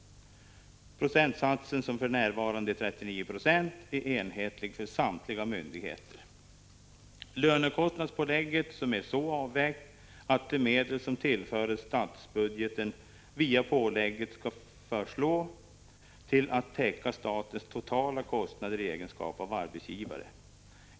Procentsatsen, som för närvarande är 39 96, är enhetlig för samtliga myndigheter. Lönekostnadspålägget är så avvägt att de medel som tillförs statsbudgeten via pålägget skall förslå till att täcka statens totala kostnader i egenskap av arbetsgivare.